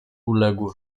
uległ